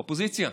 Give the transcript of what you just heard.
האופוזיציה.